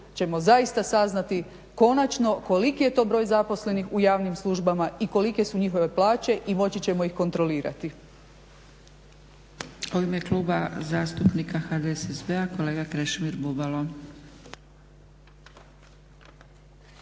ćemo zaista saznati konačno koliki je to broj zaposlenih u javnim službama i kolike su njihove plaće i moći ćemo ih kontrolirati.